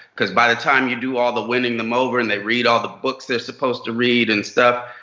because by the time you do all the winning them over and they read all the books they're supposed to read and stuff,